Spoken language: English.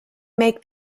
make